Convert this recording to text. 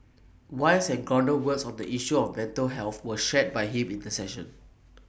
wise and grounded words on the issue of mental health were shared by him in the session